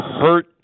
hurt